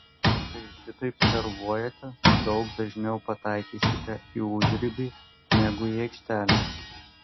kai šitaip servuojate daug dažniau pataikysite į užribį negu į aikštelę